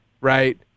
right